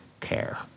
care